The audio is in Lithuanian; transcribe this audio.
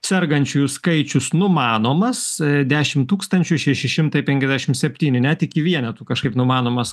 sergančiųjų skaičius numanomas dešim tūkstančių šeši šimtai penkiasdešim septyni net iki vienetų kažkaip numanomas